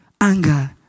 anger